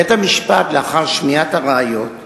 בית-המשפט, לאחר שמיעת הראיות,